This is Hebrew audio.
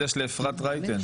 לאפרת רייטן.